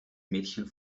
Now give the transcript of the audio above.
mädchen